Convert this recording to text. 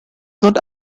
not